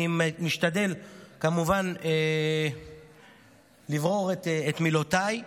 אני משתדל, כמובן, לברור את מילותיי,